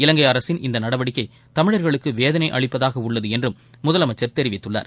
இலங்கை அரசின் இந்த நடவடிக்கை தமிழர்களுக்கு வேதனை அளிப்பதாக உள்ளது என்றும் முதலமைச்சர் தெரிவித்துள்ளார்